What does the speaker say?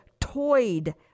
toyed